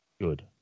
Good